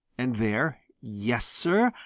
and there yes, sir,